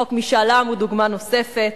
חוק משאל עם הוא דוגמה נוספת.